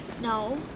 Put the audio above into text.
No